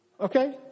Okay